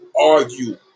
argue